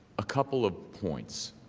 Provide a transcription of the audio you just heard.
a couple of points.